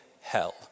hell